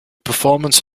performance